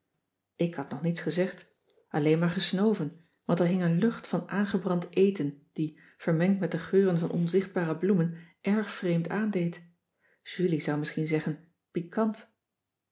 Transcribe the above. ik had nog niets gezegd alleen maar gesnoven want er hing een lucht van aangebrand eten die vermengd met de geuren van onzichtbare bloemen erg vreemd aandeed jullie zou misschien zeggen pikant